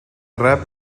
rap